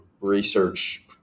research